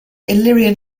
illyrian